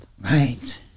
Right